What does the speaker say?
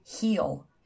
heal